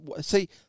See